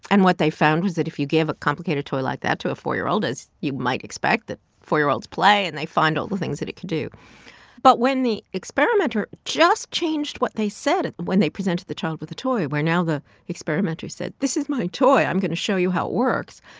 and what they found was that if you gave a complicated toy like that to a four year old, as you might expect, that four year olds play and they find all the things that it could do but when the experimenter just changed what they said when they presented the child with the toy, where now the experimenter said, this is my toy, i'm going to show you how it works,